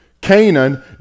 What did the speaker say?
Canaan